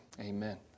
Amen